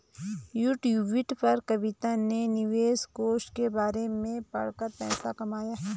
YouTube पर कविता ने निवेश कोष के बारे में पढ़ा कर पैसे कमाए